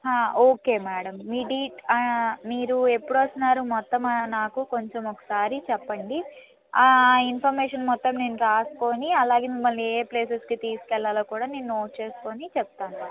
okay madam మీ date మీరు ఎప్పుడు వస్తున్నారు మొత్తం నాకు కొంచెం ఒకసారి చెప్పండి ఆ ఇన్ఫర్మేషన్ మొత్తం నేను రాసుకొని అలాగే మిమ్మల్ని ఏ ప్లేసెస్కి తీసుకు వెళ్ళాలో కూడా నేను నోట్ చేసుకుని చెప్తాను మ్యాడమ్